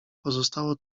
pozostało